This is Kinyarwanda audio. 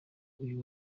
uyu